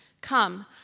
Come